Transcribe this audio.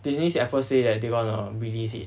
Disney said at first say that they gonna release it